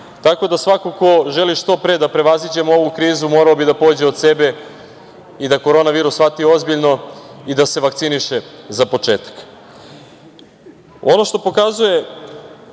tako da svako ko želi da što pre prevaziđemo ovu krizu morao bi da pođe od sebe i da koronavirus shvati ozbiljno i da se vakciniše za početak. Ono